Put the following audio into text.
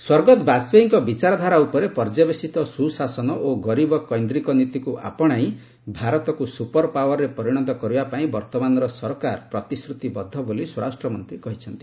ସ୍ୱର୍ଗତ ବାଜ୍ପେୟୀଙ୍କ ବିଚାରଧାରା ଉପରେ ପର୍ଯ୍ୟବେସିତ ସୁଶାସନ ଓ ଗରୀବ କୈନ୍ଦ୍ରିକ ନୀତିକୁ ଆପଶାଇ ଭାରତକୁ ସୁପର ପାୱାରରେ ପରିଣତ କରିବା ପାଇଁ ବର୍ଭମାନର ସରକାର ପ୍ରତିଶ୍ରତିବଦ୍ଧ ବୋଲି ସ୍ୱରାଷ୍ଟ୍ରମନ୍ତ୍ରୀ କହିଚ୍ଛନ୍ତି